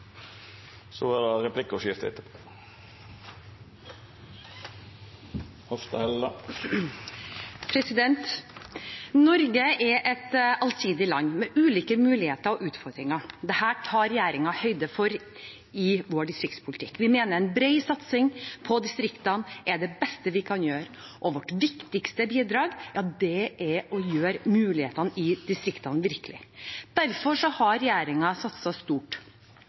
høyde for i sin distriktspolitikk. Vi mener at en bred satsing på distriktene er det beste vi kan gjøre, og vårt viktigste bidrag er å gjøre mulighetene i distriktene virkelige. Derfor har regjeringen satset stort